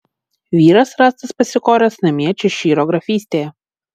vyras rastas pasikoręs namie češyro grafystėje